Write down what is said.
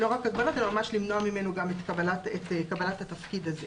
הגבלות אלא ממש למנוע ממנו את קבלת התפקיד הזה.